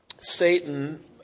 Satan